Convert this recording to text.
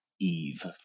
Eve